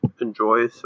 enjoy